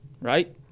right